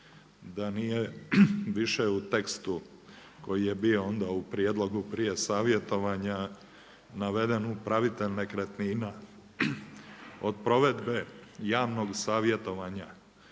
da nije više u tekstu koji je bio onda u prijedlogu prije savjetovanja naveden upravitelj nekretnina. Od provedbe javnog savjetovanja,